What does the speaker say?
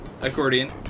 accordion